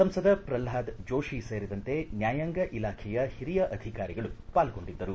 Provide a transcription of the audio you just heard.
ಸಂಸದ ಪ್ರಲ್ವಾದ್ ಜೋತಿ ಸೇರಿದಂತೆ ನ್ಯಾಯಾಂಗ ಇಲಾಖೆಯ ಹಿರಿಯ ಅಧಿಕಾರಿಗಳು ಪಾಲ್ಗೊಂಡಿದ್ದರು